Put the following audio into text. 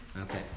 Okay